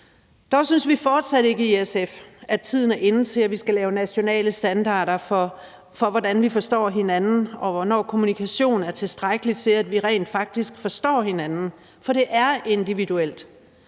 vi i SF fortsat ikke, at tiden er inde til, at vi skal lave nationale standarder for, hvordan vi forstår hinanden, og hvornår kommunikationen er tilstrækkelig til, at vi rent faktisk forstår hinanden, for det er individuelt.